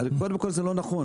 קודם כל זה לא נכון,